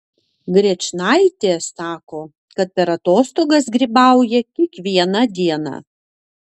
grečnaitė sako kad per atostogas grybauja kiekvieną dieną